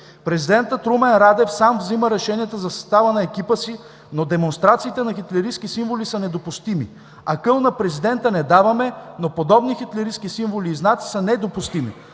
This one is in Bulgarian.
„Президентът Румен Радев сам взима решенията за състава на екипа си, но демонстрациите на хитлеристки символи са недопустими. Акъл на президента не даваме, но подобни хитлеристки символи и знаци са недопустими.